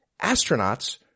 astronauts